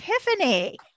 epiphany